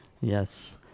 Yes